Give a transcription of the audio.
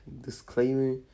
disclaimer